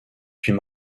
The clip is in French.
puis